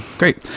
great